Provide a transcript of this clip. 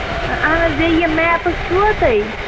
اہن حظ بییٚہِ یِم میپٕس چھُوا تۄہہِ